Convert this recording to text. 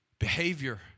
Behavior